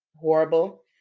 horrible